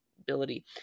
ability